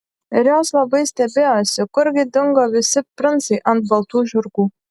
ir jos labai stebėjosi kurgi dingo visi princai ant baltų žirgų